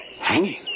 Hanging